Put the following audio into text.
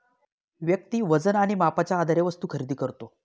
व्यक्ती वजन आणि मापाच्या आधारे वस्तू खरेदी करतो